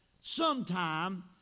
sometime